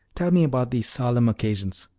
tell me about these solemn occasions.